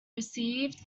received